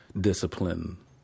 discipline